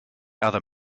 other